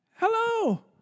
Hello